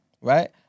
right